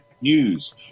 news